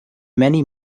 many